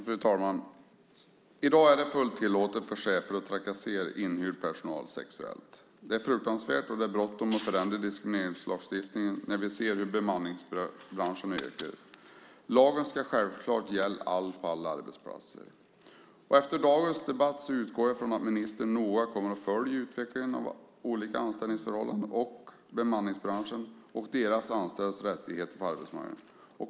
Fru talman! I dag är det fullt tillåtet för chefer att sexuellt trakassera inhyrd personal, vilket är fruktansvärt. Nu ser vi hur bemanningsbranschen ökar, och därför är det bråttom att ändra diskrimineringslagstiftningen. Lagen ska självklart gälla alla på alla arbetsplatser. Efter dagens debatt utgår jag från att ministern noga kommer att följa utvecklingen av olika anställningsförhållanden samt bemanningsbranschen och de anställdas rättigheter på arbetsmarknaden.